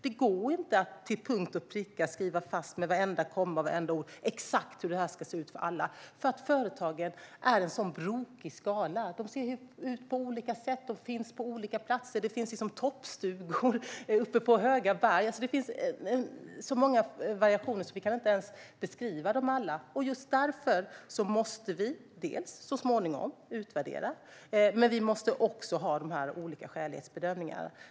Det går inte att till punkt och pricka skriva fast med vartenda ord och komma exakt hur detta ska se ut för alla, för företag är en sådan brokig skara. De ser ut på olika sätt och finns på olika platser. Det finns till exempel toppstugor uppe på höga berg. Det finns så många variationer att vi inte ens kan beskriva dem alla. Just därför måste vi dels så småningom utvärdera, dels ha de olika skälighetsbedömningarna.